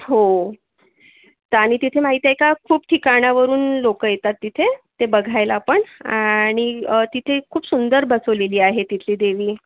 हो तर आणि तिथे माहिती आहे का खूप ठिकाणावरून लोक येतात तिथे ते बघायला पण आणि तिथे खूप सुंदर बसवलेली आहे तिथली देवी